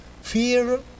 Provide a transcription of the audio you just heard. fear